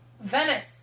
Venice